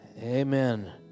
Amen